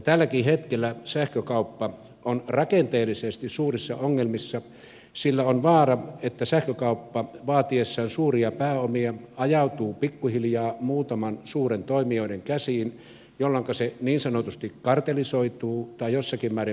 tälläkin hetkellä sähkökauppa on rakenteellisesti suurissa ongelmissa sillä on vaara että sähkökauppa vaatiessaan suuria pääomia ajautuu pikkuhiljaa muutaman suuren toimijan käsiin jolloinka se niin sanotusti kartellisoituu tai jossakin määrin monopolisoituu